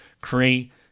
create